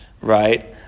Right